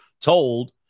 told